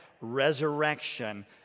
resurrection